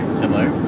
similar